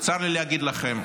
וצר לי להגיד לכם,